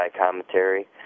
commentary